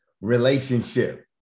relationship